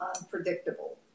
unpredictable